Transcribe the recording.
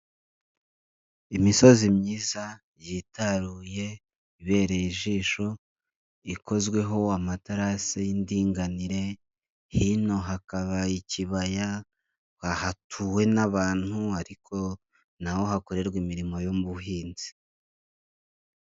Imisozi myiza yitaruye ibereye ijisho, ikozweho amaterasi y'indinganire, hino hakaba ikibaya hatuwe n'abantu ariko na ho hakorerwa imirimo y'ubuhinzi.